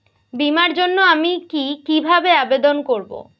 বিমার জন্য আমি কি কিভাবে আবেদন করব?